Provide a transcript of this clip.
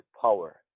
power